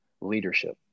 leadership